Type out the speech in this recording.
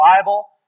Bible